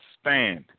stand